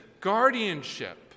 guardianship